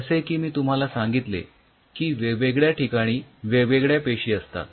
जसे की मी तुम्हाला सांगितले की वेगवेगळ्या ठिकाणी वेगवेगळ्या पेशी असतात